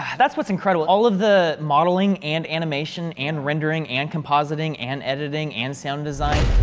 that's, what's incredible. all of the modeling, and animation and rendering, and compositing, and editing, and sound design,